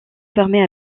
fermées